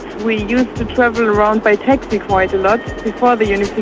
we used to travel around by taxi quite a lot before but yeah the